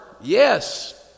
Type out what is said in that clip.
Yes